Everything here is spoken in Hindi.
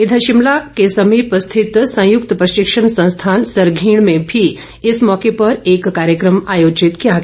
इधर शिमला के समीप स्थापित संयुक्त प्रशिक्षण संस्थान सरघीण में भी इस मौके पर एक कार्यक्रम आयोजित किया गया